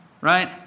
right